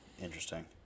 Interesting